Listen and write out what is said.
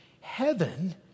Heaven